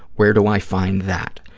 where do i find that?